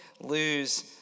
lose